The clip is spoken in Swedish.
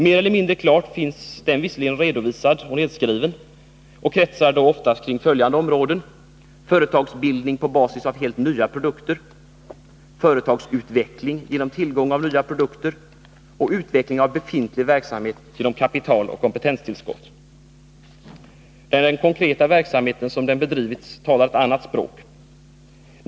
Mer eller mindre klart finns den visserligen nedskriven och kretsar då oftast kring följande områden: företagsbildning på basis av helt nya produkter, företagsutveckling genom tillgång på nya produkter och utveck ling av befintlig verksamhet genom kapital och kompetenstillskott. Men den konkreta verksamhet som bedrivits talar ett annat språk.